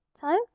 Time